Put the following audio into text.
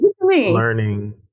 learning